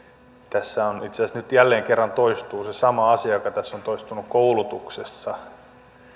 tässä itse asiassa nyt jälleen kerran toistuu se sama asia joka tässä on toistunut koulutuksessa